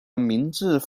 名字